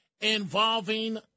involving